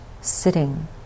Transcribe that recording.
sitting